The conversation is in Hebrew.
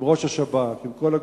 עם ראש השב"כ, עם כל הגורמים,